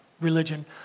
religion